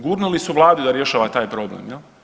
Gurnuli su Vladu da rješava taj problem.